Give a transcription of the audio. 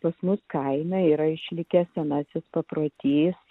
pas mus kaime yra išlikęs senasis paprotys